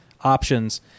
options